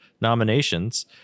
nominations